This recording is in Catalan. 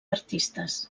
artistes